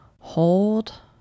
hold